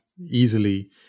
easily